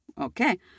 Okay